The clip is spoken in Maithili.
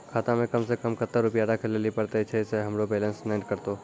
खाता मे कम सें कम कत्ते रुपैया राखै लेली परतै, छै सें हमरो बैलेंस नैन कतो?